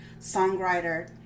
songwriter